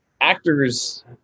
actors